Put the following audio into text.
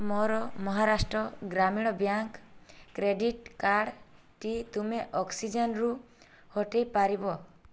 ମୋର Maharashtra Gramin bank credit କାର୍ଡ଼ଟି ତୁମେ ଅକ୍ସିଜେନରୁ ହଟେଇ ପାରିବ